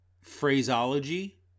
phraseology